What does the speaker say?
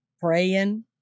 praying